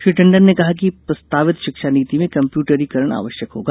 श्री टंडन ने कहा कि प्रस्तावित शिक्षा नीति में कम्प्यूटरीकरण आवश्यक होगा